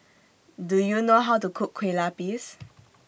Do YOU know How to Cook Kueh Lapis